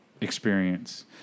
experience